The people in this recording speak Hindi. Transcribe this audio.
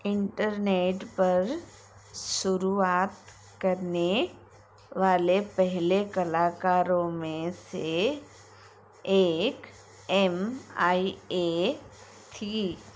इंटरनेट पर शुरुआत करने वाले पहले कलाकारों में से एक एम आई ए थीं